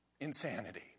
insanity